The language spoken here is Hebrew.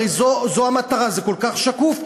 הרי זאת המטרה, זה כל כך שקוף.